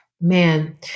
Man